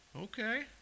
Okay